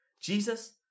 Jesus